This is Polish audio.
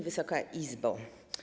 Wysoka Izbo!